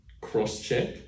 cross-check